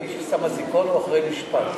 מי ששם אזיקון הוא אחרי משפט.